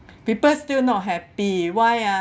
people still not happy why ah